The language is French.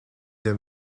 deux